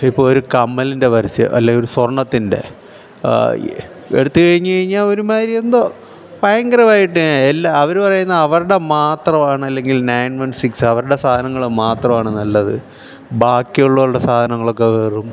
ഇപ്പം ഒരു കമ്മലിൻ്റെ പരസ്യം അല്ലേ ഒരു സ്വർണ്ണത്തിൻ്റെ എടുത്തു കഴിഞ്ഞു കഴിഞ്ഞാൽ ഒരുമാതിരി എന്തോ ഭയങ്കരമായിട്ട് അല്ല അവർ പറയുന്നത് അവരുടെ മാത്രമാണ് അല്ലെങ്കിൽ നയൻ വൻ സിക്സ് അവരുടെ സാധനങ്ങൾ മാത്രമാണ് നല്ലത് ബാക്കിയുള്ളവരുടെ സാധനങ്ങളൊക്കെ വെറും